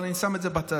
אבל אני שם את זה בצד.